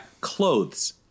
Clothes